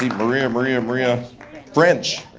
maria, maria maria french.